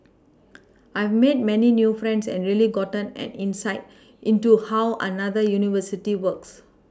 I've made many new friends and really gotten an insight into how another university works